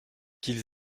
qu’ils